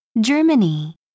Germany